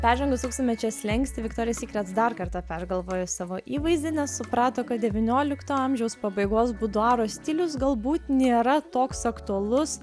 peržengus tūkstantmečio slenkstį viktorija sykret dar kartą pergalvojo savo įvaizdį nes suprato kad devyniolikto amžiaus pabaigos buduaro stilius galbūt nėra toks aktualus